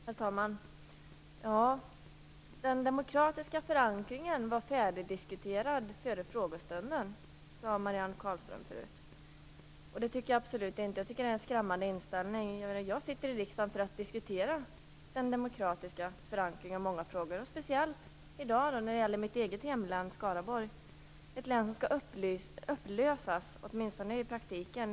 Herr talman! Den demokratiska förankringen var färdigdiskuterad före frågestunden, sade Marianne Carlström. Det tycker jag absolut inte. Jag tycker att det är en skrämmande inställning. Jag sitter i riksdagen för att diskutera den demokratiska förankringen i många frågor, speciellt i dag när det gäller mitt eget hemlän, Skaraborg. Ett län som skall upplösas, åtminstone i praktiken.